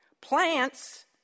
Plants